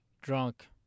drunk